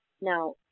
Now